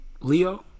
Leo